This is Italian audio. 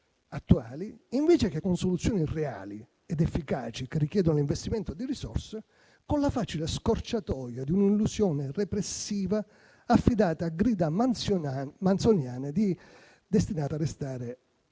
attuali, invece che con soluzioni reali ed efficaci, che richiedono un investimento di risorse, con la facile scorciatoia di un'illusione repressiva affidata a grida manzoniane destinate a restare